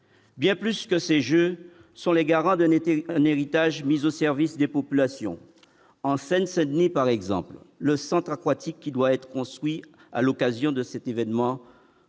Bien plus que ces jeux sont les garants d'un été un héritage mis au service des populations en Seine-Saint-Denis par exemple le centre aquatique, qui doit être construit à l'occasion de cet événement